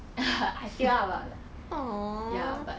I think I will ya but